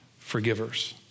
forgivers